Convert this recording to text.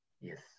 Yes